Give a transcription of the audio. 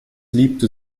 liebte